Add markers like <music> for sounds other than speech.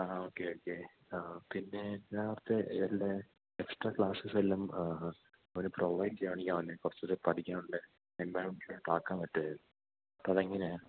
ആഹാ okay okay ആ പിന്നേ നേരത്തെ എല്ലാ എക്സ്ട്രാ ക്ലാസസ്സ് എല്ലാം അവന് പ്രൊവൈഡ് ചെയ്യുകയാണെങ്കിൽ അവന് കുറച്ചുകൂടെ പഠിക്കാനുള്ള <unintelligible> ക്കാന് പറ്റുമായിരുന്നു അപ്പോഴതെങ്ങനെയാണ്